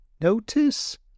Notice